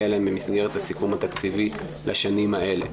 אליהן במסגרת הסיכום התקציבי לשנים האלה.